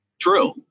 True